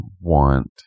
want